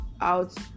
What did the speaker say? out